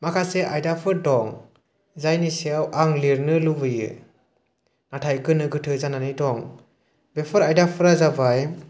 माखासे आयदाफोर दं जायनि सायाव आं लिरनो लुबैयो नाथाय गोनो गोथो जानानै दं बेफोर आयदाफोरा जाबाय